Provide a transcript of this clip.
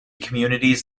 communities